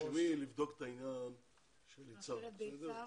תרשמי לבדוק את העניין של יצהר.